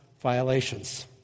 violations